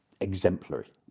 exemplary